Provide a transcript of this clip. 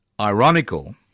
ironical